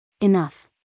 Enough